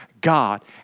God